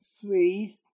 three